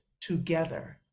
together